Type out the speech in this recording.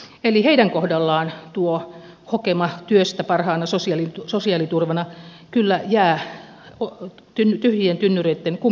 eli heidän kohdallaan tuo hokema työstä parhaana sosiaaliturvana kyllä jää tyhjien tynnyreitten kuminaksi